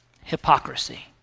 hypocrisy